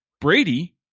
Brady